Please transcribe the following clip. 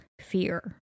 fear